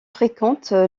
fréquente